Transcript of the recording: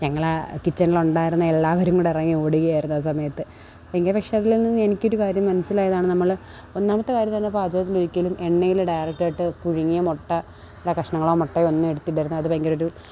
ഞങ്ങളാ കിച്ചണിലുണ്ടായിരുന്ന എല്ലാവരും കൂടെ ഇറങ്ങിയോടുകയായിരുന്നു ആ സമയത്ത് എങ്കിൽ പക്ഷേ അതിലൊന്നും എനിക്കൊരു കാര്യം മനസ്സിലായതാണ് നമ്മള് ഒന്നാമത്തെ കാര്യം തന്നെ പാചകം ചെയ്യിക്കലും എണ്ണയില് ഡയറക്റ്റായിട്ട് പുഴുങ്ങിയ മുട്ടയുടെ കഷ്ണങ്ങളോ മുട്ടയോ ഒന്നും എടുത്ത് ഇടരുത് അത് ഭയങ്കരമായിട്ട്